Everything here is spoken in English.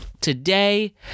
today